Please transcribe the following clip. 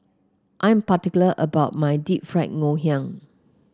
I'm particular about my Deep Fried Ngoh Hiang